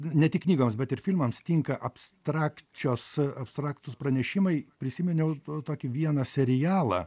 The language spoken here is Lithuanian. ne tik knygoms bet ir filmams tinka abstrakčios abstraktūs pranešimai prisiminiau tokį vieną serialą